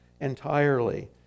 entirely